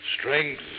strength